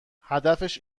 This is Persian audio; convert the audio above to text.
هدفش